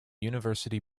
university